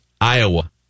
Iowa